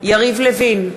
יריב לוין,